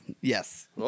Yes